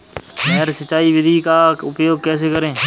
नहर सिंचाई विधि का उपयोग कैसे करें?